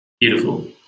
Beautiful